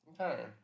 Okay